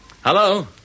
hello